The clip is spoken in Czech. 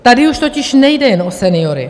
Tady už totiž nejde jen o seniory.